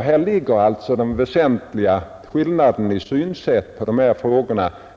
Här ligger den väsentliga skillnaden i synsätt